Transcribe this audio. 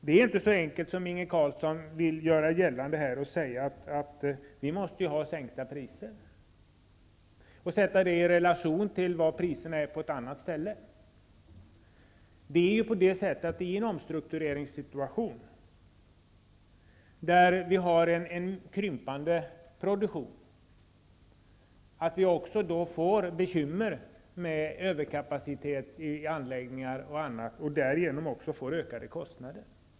Det är inte så enkelt som Inge Carlsson vill göra gällande, att man kan sätta de svenska priserna i relation till priserna på andra ställen och säga att vi måste ha sänkta priser. I en omstruktureringssituation, med en krympande produktion, får vi bekymmer med överkapacitet i anläggningar och annat och därigenom också ökade kostnader.